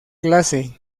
clase